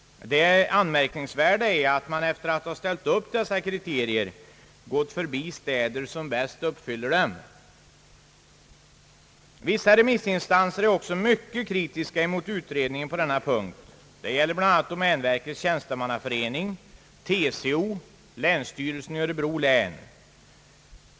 Det anmärkningsvärda är att man efter att ha stälit upp dessa kriterier har gått förbi de städer som bäst uppfyller dem. Vissa remissinstanser är också mycket kritiska mot utredningen på denna punkt. Detta gäller bl.a. Domänverkets tjänstemannaförening, TCO samt länsstyrelsen i Örebro län.